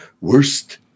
worst